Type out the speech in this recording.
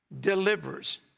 delivers